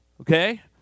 okay